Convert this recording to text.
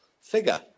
figure